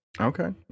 okay